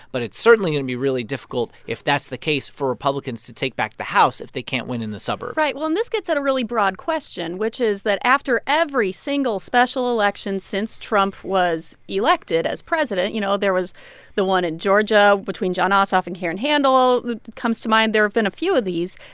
but it's certainly going to be really difficult if that's the case for republicans to take back the house if they can't win in the suburbs right. well, and this gets at a really broad question, which is that after every single special election since trump was elected as president you know, there was the one in georgia between jon ossoff and karen handel comes to mind. there have been a few of these.